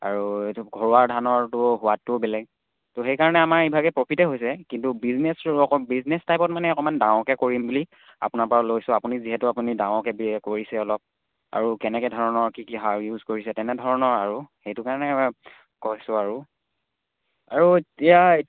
আৰু এইটো ঘৰুৱা ধানৰটো সোৱাদটোও বেলেগ তো সেইকাৰণে আমাৰ ইভাগে প্ৰফিটেই হৈছে কিন্তু বিজনেছত অকণ বিজনেছ টাইপত মানে অকণমান ডাঙৰকৈ কৰিম বুলি আপোনাৰপৰা লৈছোঁ আপুনি যিহেতু আপুনি ডাঙৰকৈ কৰিছে অলপ আৰু কেনেকৈ ধৰণৰ কি কি সাৰ ইউজ কৰিছে তেনেধৰণৰ আৰু সেইটো কাৰণে কৈছোঁ আৰু আৰু এতিয়া